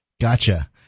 gotcha